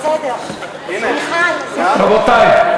רבותי.